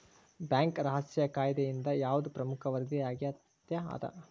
Bank ರಹಸ್ಯ ಕಾಯಿದೆಯಿಂದ ಯಾವ್ದ್ ಪ್ರಮುಖ ವರದಿ ಅಗತ್ಯ ಅದ?